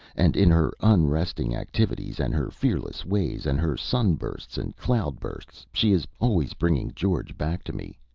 and in her unresting activities, and her fearless ways, and her sunbursts and cloudbursts, she is always bringing george back to me.